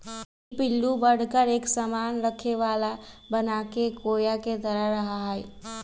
ई पिल्लू बढ़कर एक सामान रखे वाला बनाके कोया के तरह रहा हई